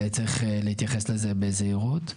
וצריך להתייחס לזה בזהירות.